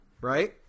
right